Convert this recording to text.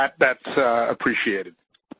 that's appreciated.